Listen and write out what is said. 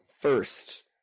First